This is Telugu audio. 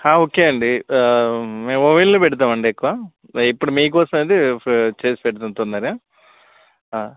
ఓకే అండి మేం ఓవెన్లో పెడతామండి ఎక్కువ ఇప్పుడు మీకోసం అయితే చేసి పెడతాం తొందరగా